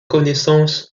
connaissance